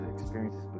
experiences